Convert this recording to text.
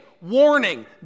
warning